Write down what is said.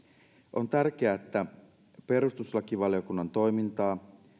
on tärkeää että perustuslakivaliokunnan toimintaa